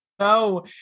No